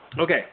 Okay